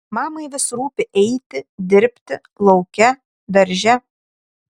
mamai vis rūpi eiti dirbti lauke darže